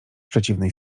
przeciwnej